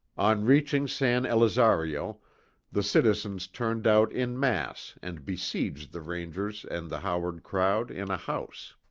on reaching san elizario the citizens turned out in mass and besieged the rangers and the howard crowd, in a house.